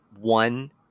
one